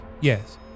Yes